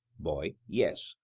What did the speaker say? boy yes.